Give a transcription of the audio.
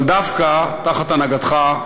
אבל דווקא תחת הנהגתך,